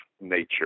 nature